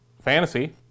fantasy